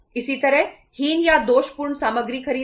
इसी तरह हीन या दोषपूर्ण सामग्री खरीदना